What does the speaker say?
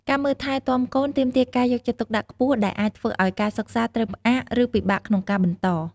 ការមើលថែទាំកូនទាមទារការយកចិត្តទុកដាក់ខ្ពស់ ដែលអាចធ្វើឱ្យការសិក្សាត្រូវផ្អាក ឬពិបាកក្នុងការបន្ត។